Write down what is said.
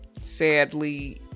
sadly